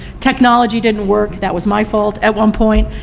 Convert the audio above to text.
technology didn't work, that was my fault, at one point,